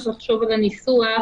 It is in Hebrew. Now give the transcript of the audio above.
צריך לחשוב על הניסוח,